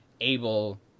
able